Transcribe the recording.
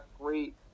great